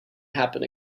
happen